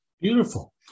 Beautiful